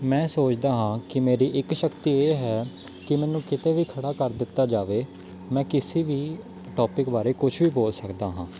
ਮੈਂ ਸੋਚਦਾ ਹਾਂ ਕਿ ਮੇਰੀ ਇੱਕ ਸ਼ਕਤੀ ਇਹ ਹੈ ਕਿ ਮੈਨੂੰ ਕਿਤੇ ਵੀ ਖੜ੍ਹਾ ਕਰ ਦਿੱਤਾ ਜਾਵੇ ਮੈਂ ਕਿਸੇ ਵੀ ਟੋਪਿਕ ਬਾਰੇ ਕੁਛ ਵੀ ਬੋਲ ਸਕਦਾ ਹਾਂ